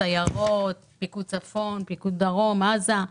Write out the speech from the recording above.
סיירות, פיקוד צפון, פיקוד דרום, עזה.